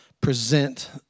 present